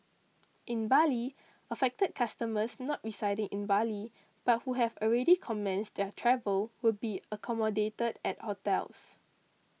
in Bali affected customers not residing in Bali but who have already commenced their travel will be accommodated at hotels